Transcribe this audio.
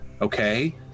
Okay